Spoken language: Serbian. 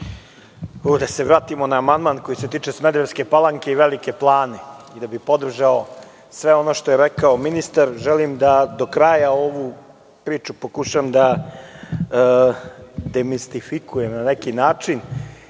Da se vratimo na amandman koji se tiče Smederevske Palanke i Velike Plane. Da bih podržao sve ono što je rekao ministar, želim da do kraja ovu priču pokušam da demistifikujem na neki način.